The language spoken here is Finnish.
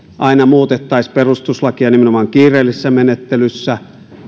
aina muutettaisiin perustuslakia nimenomaan kiireellisessä menettelyssä